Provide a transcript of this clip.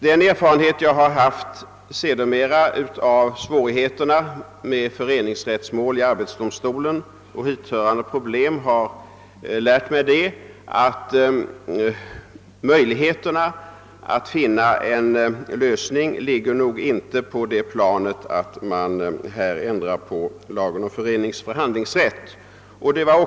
Den erfarenhet jag sedermera har fått av svårigheterna med föreningsrättsmål i arbetsdomstolen har lärt mig att möjligheterna att finna en lösning nog inte ligger i att man ändrar lagen om föreningsoch förhandlingsrätt.